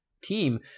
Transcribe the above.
team